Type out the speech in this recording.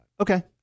Okay